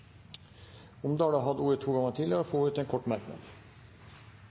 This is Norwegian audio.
har hatt ordet to ganger tidligere og får ordet til en kort merknad,